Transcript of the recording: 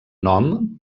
nom